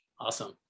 Awesome